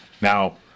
Now